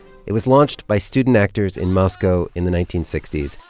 it was launched by student actors in moscow in the nineteen sixty s,